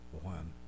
one